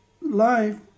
life